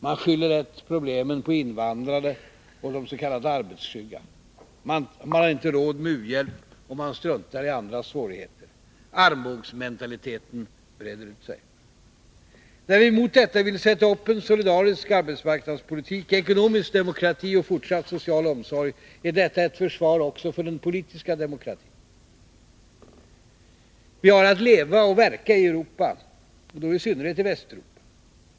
Man skyller lätt problemen på invandrarna och de s.k. arbetsskygga. Man har inte råd med u-hjälp, och man struntar i andras svårigheter. Armbågsmentaliteten breder ut sig. När vi mot detta vill sätta upp en solidarisk arbetsmarknadspolitik, ekonomisk demokrati och fortsatt social omsorg, är det ett försvar också för den politiska demokratin. Vi har att leva och verka i Europa, och då i synnerhet Västeuropa.